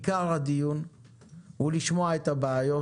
עיקר הדיון יהיה לשמוע את הבעיות